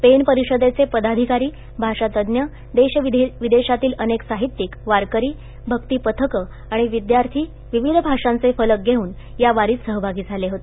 pen प रषदेचे पदाधिकारी भाषात देशविदेशातील अनेक साहिरियक वारकरी भ पथकं आणि वि ाथ विविध भाषांचे फलक घेऊन या वारीत सहभागी झाले होते